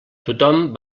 tothom